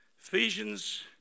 Ephesians